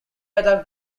attack